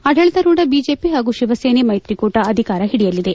ಆಡಳಿತಾರೂಢ ಬಿಜೆಪಿ ಹಾಗೂ ಶಿವಸೇನೆ ಮೈತ್ರಿಕೂಟ ಅಧಿಕಾರ ಹಿಡಿಯಲಿದೆ